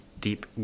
deep